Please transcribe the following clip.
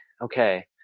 okay